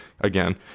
again